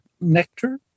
nectar